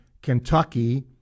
Kentucky